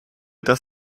das